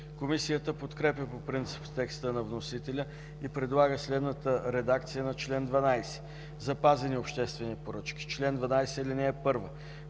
Комисията подкрепя по принцип текста на вносителя и предлага следната редакция на чл. 12: „Запазени обществени поръчки Чл. 12 (1) Министерският